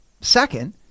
Second